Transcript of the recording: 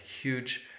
huge